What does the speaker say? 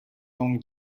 long